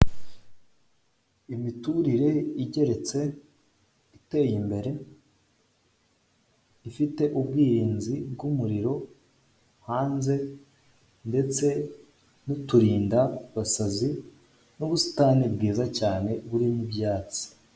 Imiturire igeretse iteye imbere ifite ubwirinzi bw'umuriro hanze ndetse nuturindabasazi ndetse n'ubusitani bwiza burimo ibyatsi.